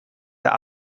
der